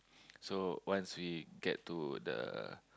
so once we get to the